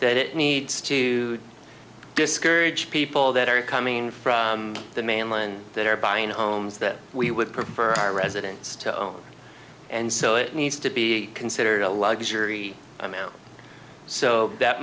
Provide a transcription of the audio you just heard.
that it needs to discourage people that are coming from the mainland that are buying homes that we would prefer our residents to own and so it needs to be considered a luxury i mean so that